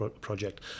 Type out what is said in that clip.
project